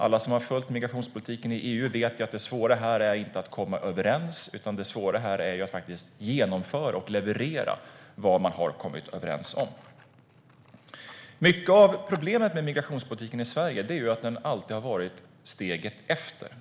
Alla som har följt migrationspolitiken i EU vet att det svåra här inte är att komma överens, utan det svåra är att genomföra och leverera vad man har kommit överens om. Mycket av problemet med migrationspolitiken i Sverige är att den alltid har varit steget efter.